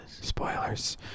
Spoilers